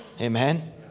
Amen